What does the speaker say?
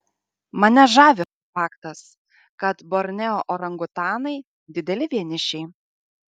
mane žavi faktas kad borneo orangutanai dideli vienišiai